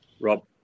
Rob